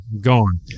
gone